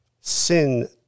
sin